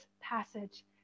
passage